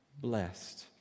Blessed